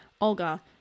Olga